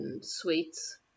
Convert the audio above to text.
sweets